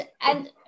And-